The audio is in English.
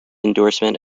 endorsement